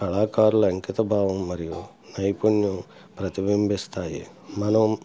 కళాకారుల అంకితభావం మరియు నైపుణ్యం ప్రతిబింబిస్తాయి మనం